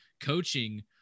coaching